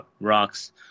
rocks